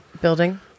building